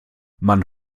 man